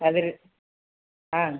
ಅದೀರಿ ಹಾಂ